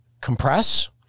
compress